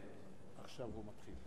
הוא מסכים,